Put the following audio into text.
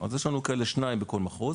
אז יש לנו שניים כאלה בכול מחוז.